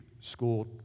school